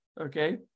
okay